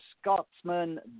Scotsman